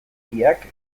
biak